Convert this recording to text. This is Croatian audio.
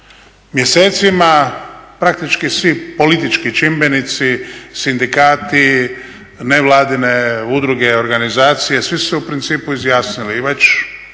mjesecima praktički svi politički čimbenici, sindikati, nevladine udruge, organizacije, svi su se u principu izjasnili i već